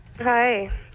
Hi